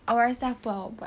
awak rasa apa awak buat